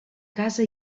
casa